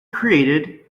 created